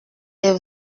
des